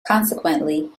consequently